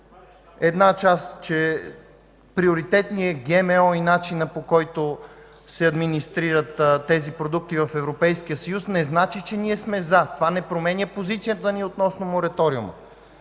примерно приоритет ни е ГМО и начинът, по който се администрират тези продукти в Европейския съюз, не значи, че ние сме „за”. Това не променя позицията ни относно мораториума.